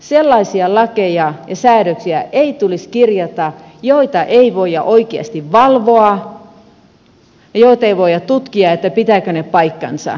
sellaisia lakeja ja säädöksiä ei tulisi kirjata joita ei voida oikeasti valvoa joita ei voida tutkia pitävätkö ne paikkansa